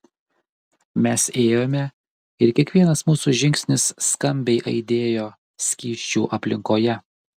mes ėjome ir kiekvienas mūsų žingsnis skambiai aidėjo skysčių aplinkoje